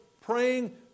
praying